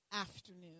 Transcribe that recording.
afternoon